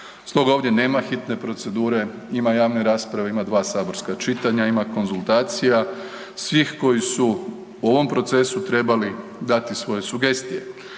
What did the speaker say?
Stoga ovdje nema hitne procedure, ima javne rasprave, ima dva saborska čitanja, ima konzultacija svih koji su u ovom procesu trebali dati svoja sugestije